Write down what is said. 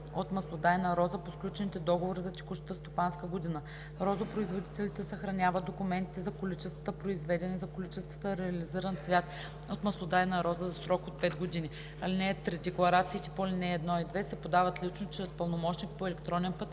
от маслодайна роза по сключените договори за текущата стопанска година. Розопроизводителите съхраняват документите за количествата произведен и за количествата реализиран цвят от маслодайна роза за срок 5 години. (3) Декларациите по ал. 1 и 2 се подават лично или чрез пълномощник по електронен път